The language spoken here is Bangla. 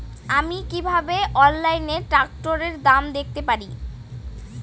আমি কিভাবে অনলাইনে ট্রাক্টরের দাম দেখতে পারি?